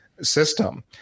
system